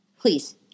please